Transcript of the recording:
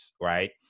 Right